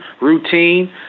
routine